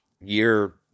year